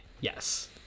yes